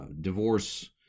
divorce